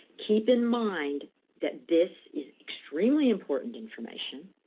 keep in mind that this is extremely important information.